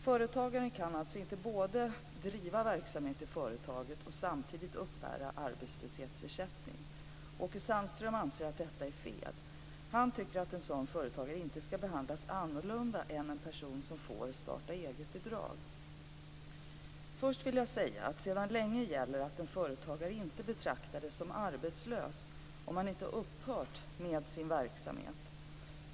Företagaren kan alltså inte både driva verksamhet i företaget och samtidigt uppbära arbetslöshetsersättning. Åke Sandström anser att det är fel. Han tycker att en sådan företagare inte skall behandlas annorlunda än en person som får startaeget-bidrag. Först vill jag säga att sedan länge gäller att en företagare inte betraktades som arbetslös om han inte upphört med sin verksamhet.